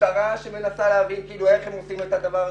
המשטרה שמנסה להבין איך לעצור את הדבר הזה,